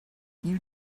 you